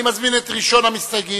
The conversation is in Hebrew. אני מזמין את ראשון המסתייגים,